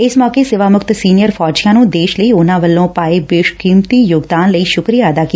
ਇਸ ਮੋਕੇ ਸੇਵਾ ਮੁਕਤ ਸੀਨੀਅਰ ਫੌਜੀਆਂ ਨੂੰ ਦੇਸ਼ ਲਈ ਉਨਾਂ ਵੱਲੋਂ ਪਾਏ ਬੇਸ਼ਕੀਮਤੀ ਯੋਗਦਾਨ ਲਈ ਸੁਕਰੀਆ ਅਦਾ ਕੀਤਾ ਗਿਆ